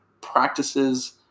practices